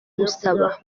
gusaba